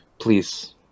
Please